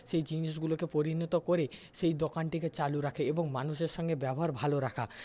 সেই জিনিসগুলোকে পরিণত করে সেই দোকানটিকে চালু রাখে এবং মানুষের সঙ্গে ব্যবহার ভালো রাখা